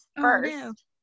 first